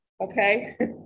Okay